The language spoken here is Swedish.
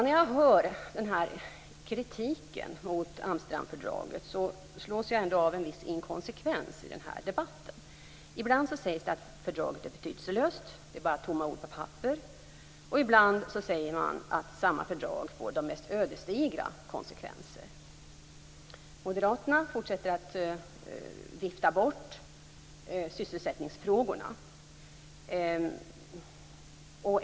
När jag hör den här kritiken mot Amsterdamfördraget, slås jag ändå av en viss inkonsekvens i debatten. Ibland sägs det att fördraget är betydelselöst. Det är bara tomma ord på papper. Ibland säger man att samma fördrag får de mest ödesdigra konsekvenser. Moderaterna fortsätter att vifta bort sysselsättningsfrågorna.